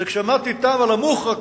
זה כשעמדתי אתם על המוחרקה.